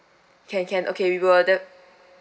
can can okay we will the